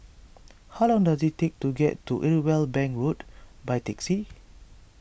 how long does it take to get to Irwell Bank Road by taxi